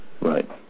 Right